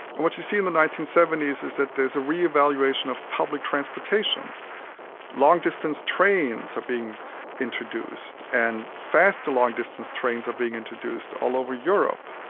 and what you see in the nineteen seventy s is that there's a re-evaluation of public transportation long-distance trains are being introduced, and faster long-distance trains are being introduced all over europe,